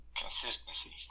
consistency